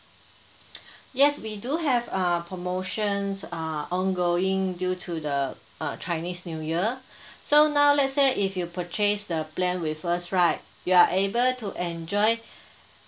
yes we do have err promotions uh ongoing due to the uh chinese new year so now let's say if you purchase the plan with us right you are able to enjoy